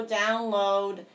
download